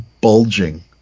bulging